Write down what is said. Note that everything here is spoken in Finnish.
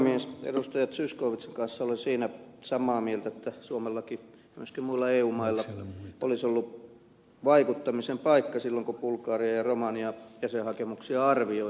zyskowiczin kanssa olen siinä samaa mieltä että suomellakin ja myöskin muilla eu mailla olisi ollut vaikuttamisen paikka silloin kun bulgarian ja romanian jäsenhakemuksia arvioitiin